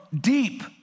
deep